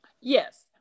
yes